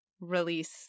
release